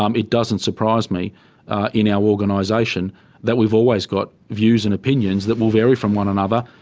um it doesn't surprise me in our organisation that we've always got views and opinions that will vary from one another,